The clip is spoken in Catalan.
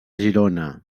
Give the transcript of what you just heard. girona